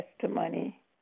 testimony